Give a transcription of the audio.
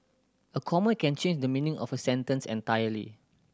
a comma can change the meaning of a sentence entirely